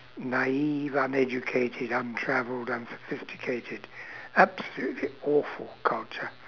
naive uneducated untravelled unsophisticated absolutely awful culture